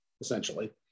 essentially